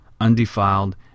undefiled